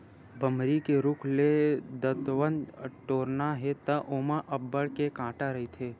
बमरी के रूख ले दतवत टोरना हे त ओमा अब्बड़ के कांटा रहिथे